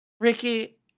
Ricky